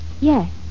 Yes